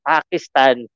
Pakistan